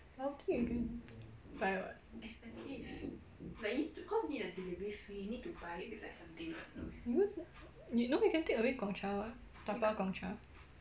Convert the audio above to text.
bubble tea you can buy [what] no you can takeaway gongcha [what] dabao gongcha